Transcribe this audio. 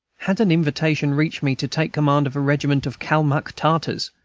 had an invitation reached me to take command of a regiment of kalmuck tartars,